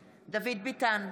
ביטן,